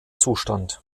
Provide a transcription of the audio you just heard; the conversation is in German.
zustand